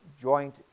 joint